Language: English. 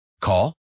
Call